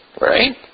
right